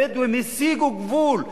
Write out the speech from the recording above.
הבדואים הסיגו גבול,